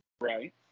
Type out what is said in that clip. right